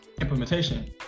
implementation